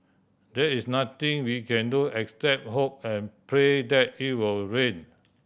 there is nothing we can do except hope and pray that it will rain